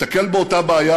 ייתקל באותה בעיה,